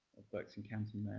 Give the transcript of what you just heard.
burkes in county